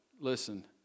Listen